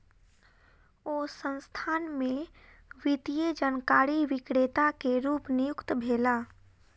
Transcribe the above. ओ संस्थान में वित्तीय जानकारी विक्रेता के रूप नियुक्त भेला